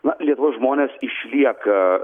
na lietuvos žmonės išlieka